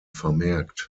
vermerkt